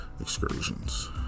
excursions